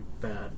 bad